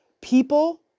people